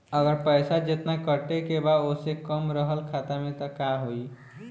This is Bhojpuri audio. अगर पैसा जेतना कटे के बा ओसे कम रहल खाता मे त का होई?